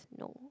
no